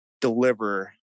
deliver